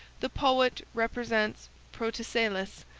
the poet represents protesilaus,